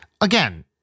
again